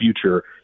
future